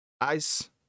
Ice